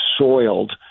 soiled